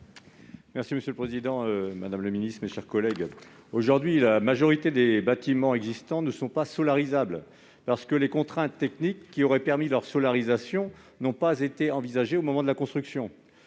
est ainsi libellé : La parole est à M. Daniel Salmon. Aujourd'hui, la majorité des bâtiments existants ne sont pas solarisables, parce que les contraintes techniques qui auraient permis leur solarisation n'ont pas été envisagées au moment de la construction.